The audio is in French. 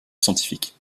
scientifiques